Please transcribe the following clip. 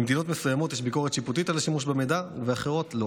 במדינות מסוימות יש ביקורת שיפוטית על השימוש במידע ובאחרות לא.